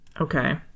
Okay